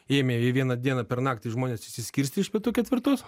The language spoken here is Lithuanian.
ėmė ir vieną dieną per naktį žmonės išsiskirstė iš pietų ketvirtos